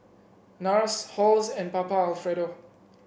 NARS Halls and Papa Alfredo